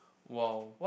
!wow!